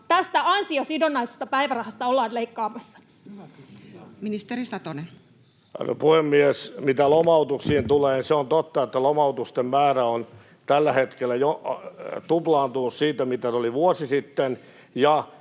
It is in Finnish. tästä ansiosidonnaisesta päivärahasta ollaan leikkaamassa? Ministeri Satonen. Arvoisa puhemies! Mitä lomautuksiin tulee, on totta, että lomautusten määrä on tällä hetkellä jo tuplaantunut siitä, mitä se oli vuosi sitten,